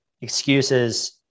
excuses